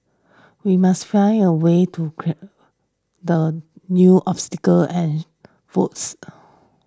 we must find a way to the new obstacles and votes